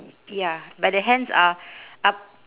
ya but the hands are up